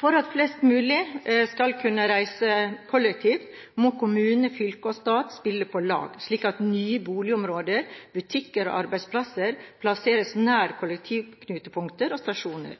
For at flest mulig skal kunne reise kollektivt, må kommuner, fylker og stat spille på lag, slik at nye boligområder, butikker og arbeidsplasser plasseres nær kollektivknutepunkter og stasjoner.